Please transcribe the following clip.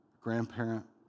grandparent